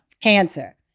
cancer